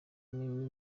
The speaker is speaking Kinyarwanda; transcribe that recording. mimi